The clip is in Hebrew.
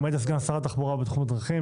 גם היית סגן שר התחבורה בתחום הדרכים,